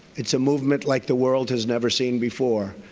it's a movement like the world has never seen before.